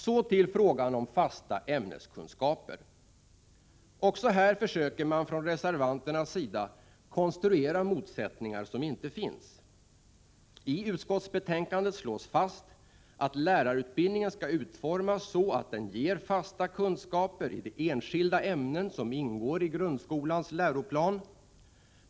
Så till frågan om fasta ämneskunskaper. Också här försöker man från reservanternas sida konstruera motsättningar som inte finns. I utskottsbetänkandet slås fast att lärarutbildningen skall utformas så, att den ger fasta kunskaper i de enskilda ämnen som ingår i grundskolans läroplan.